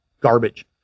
garbage